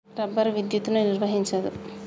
rubber విద్యుత్తును నిర్వహించదు